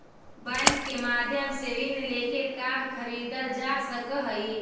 bank के माध्यम से ऋण लेके कार खरीदल जा सकऽ हइ